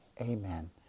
Amen